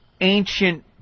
ancient